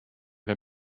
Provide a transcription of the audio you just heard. wer